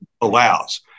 allows